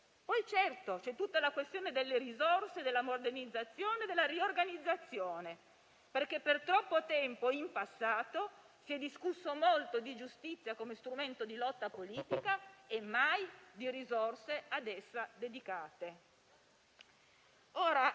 Poi certamente c'è tutta la questione delle risorse, della modernizzazione e della riorganizzazione, perché per troppo tempo in passato si è discusso molto di giustizia come strumento di lotta politica e mai di risorse ad essa dedicate.